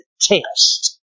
test